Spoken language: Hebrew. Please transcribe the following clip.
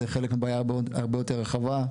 זה חלק מבעיה הרבה יותר רחבה.